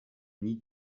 need